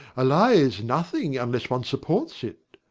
a lie is nothing unless one supports it.